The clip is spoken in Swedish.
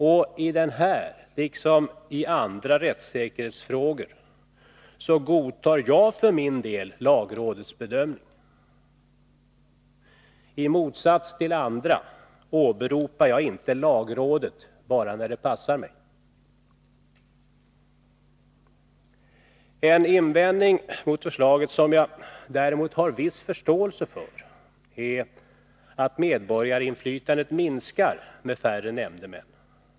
Och il i den här liksom i andra rättssäkerhetsfrågor godtar jag för min del lagrådets bedömning; i motsats till andra åberopar jag inte lagrådet bara när det passar mig. En invändning mot förslaget som jag däremot har en viss förståelse för är att medborgarinflytandet minskar med färre nämndemän.